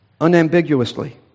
unambiguously